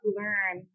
learn